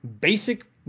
basic